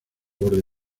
borde